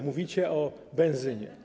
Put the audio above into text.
Mówicie o benzynie.